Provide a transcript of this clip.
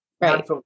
right